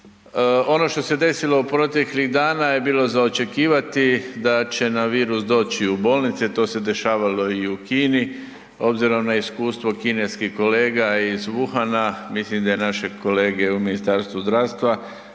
Ono što se desilo proteklih dana je bilo za očekivati da će nam virus doći u bolnice. To se dešavalo i u Kini. Ozbirom na iskustvo kineskih kolega iz Wuhana mislim da i naše kolege u Ministarstvu zdravstva